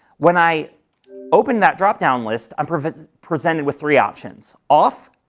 when i open that drop down list, i'm presented presented with three options, off,